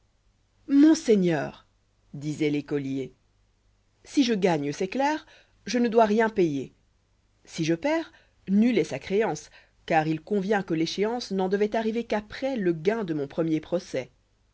monseigneur disoit l'écolier si je gagnec'est clair je ne dois rien payer ya fables si je perds nulle est sa créance car il convient'que l'échéance n'en devoit arriver qu'après le gain de mon premier procès